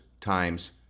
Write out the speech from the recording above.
times